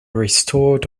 restored